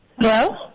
Hello